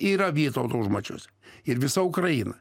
yra vytauto užmačios ir visa ukraina